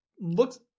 looks